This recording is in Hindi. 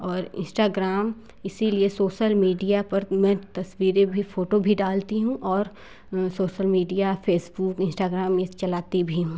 और इंस्टाग्राम इसीलिए सोशल मीडिया पर कमेंट तस्वीर भी फोटो भी डालती हूँ और सोशल मीडिया फेसबुक इंस्टाग्राम ये चलाती भी हूँ